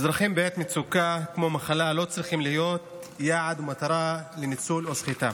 אזרחים בעת מצוקה כמו מחלה לא צריכים להיות יעד ומטרה לניצול או שליטה.